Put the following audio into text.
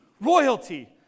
royalty